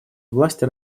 власти